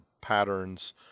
patterns